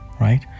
right